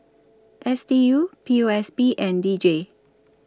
S D U P O S B and D J